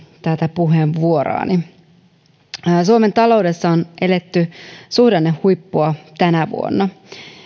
tätä puheenvuoroani suomen taloudessa on eletty suhdannehuippua tänä vuonna